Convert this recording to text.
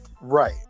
right